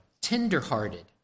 tender-hearted